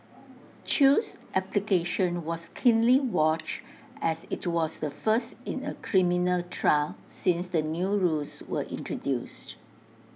chew's application was keenly watched as IT was the first in A criminal trial since the new rules were introduced